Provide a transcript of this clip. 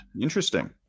Interesting